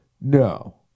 No